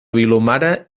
vilomara